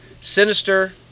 Sinister